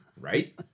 Right